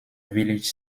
village